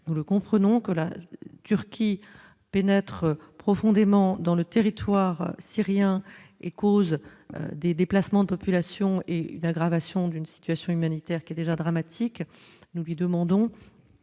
nous le comprenons que la Turquie pénètrent profondément dans le territoire syrien et cause des déplacements de population et une aggravation d'une situation humanitaire qui est déjà dramatique, nous lui demandons